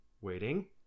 Waiting